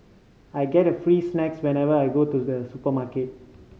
I get free snacks whenever I go to the supermarket